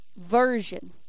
version